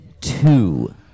Two